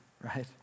right